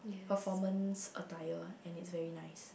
performance attire and it's very nice